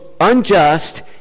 unjust